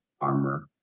armor